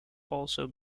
also